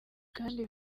kandi